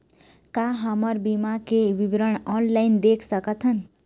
का हमर बीमा के विवरण ऑनलाइन देख सकथन?